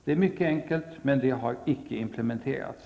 Det är mycket enkelt, men det har icke implementerats.